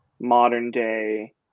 modern-day